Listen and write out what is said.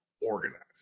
organized